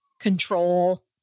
control